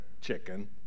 Chicken